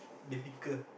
difficult